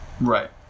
right